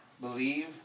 believe